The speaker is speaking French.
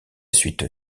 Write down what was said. suite